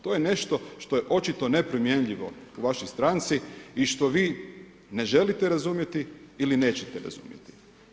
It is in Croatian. To je nešto što je očito nepromjenjivo u vašoj stranci i što vi ne želite razumjeti ili nećete razumjeti.